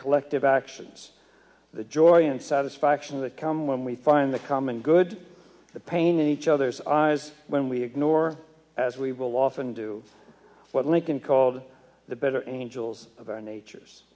collective actions the joy and satisfaction that come when we find the common good the pain in each other's eyes when we ignore as we will often do what lincoln called the better angels